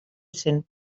cent